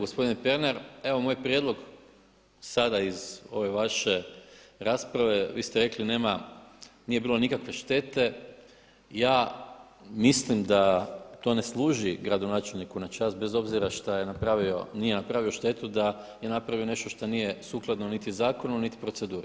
Gospodine Pernar, evo moj prijedlog sada iz ove vaše rasprave, vi ste rekli nije bilo nikakve štete, ja mislim da to ne služi gradonačelniku na čast bez obzira što nije napravio štetu da je napravio nešto što nije sukladno zakonu niti proceduri.